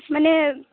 মানে